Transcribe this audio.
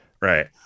Right